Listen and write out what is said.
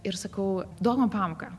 ir sakau duok man pamoką